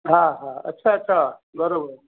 हा हा अच्छा अच्छा बराबरि